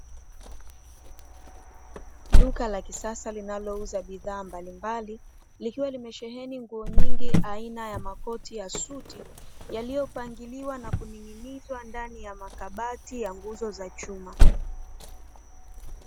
Duka la kisasa linalouza bidhaa mbalimbali likiwa limesheheni nguo nyingi aina ya makoti ya suti yaliyopangiliwa na kuning'inizwa ndani ya makabati za nguzo za chuma.